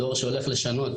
הדור שהולך לשנות.